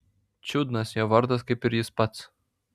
čiudnas jo vardas kaip ir jis pats